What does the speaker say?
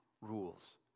rules